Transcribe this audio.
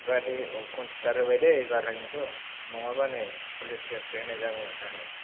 consider होबाय दे ओइबारहाय नोंखौ नङाबा नै पुलिस केस सो होनाय जागौमोन जोङो